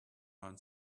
learn